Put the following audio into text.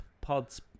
pods